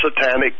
satanic